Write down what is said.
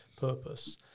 purpose